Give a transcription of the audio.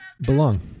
belong